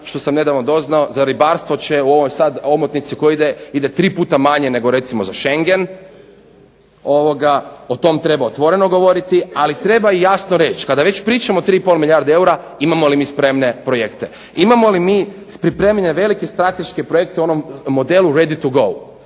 što sam nedavno doznao za ribarstvo će u ovoj sad omotnici u kojoj ide, ide tri puta manje nego recimo za Šengen, o tom treba otvoreno govoriti ali treba i jasno reći, kada već pričamo o 3 i pol milijarde eura imamo li mi spremne projekte? Imamo li pripremljen velike strateške projekte u onom modelu ready to go,